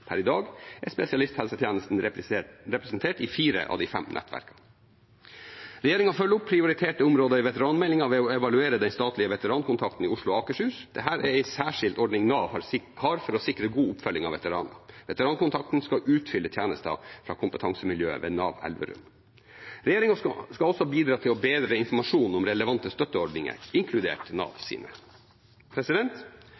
Per i dag er spesialisthelsetjenesten representert i fire av de fem nettverkene. Regjeringen følger opp prioriterte områder i veteranmeldingen ved å evaluere den statlige veterankontakten i Oslo og Akershus. Dette er en særskilt ordning Nav har for å sikre god oppfølging av veteranene. Veterankontakten skal utfylle tjenester fra kompetansemiljøet ved Nav Elverum. Regjeringen skal også bidra til å bedre informasjonen om relevante støtteordninger, inkludert